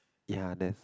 ya that's